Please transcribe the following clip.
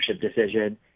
decision